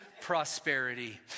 prosperity